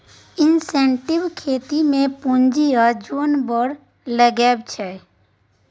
intensive खेती मे पुंजी आ जोन बड़ लगै छै